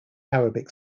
arabic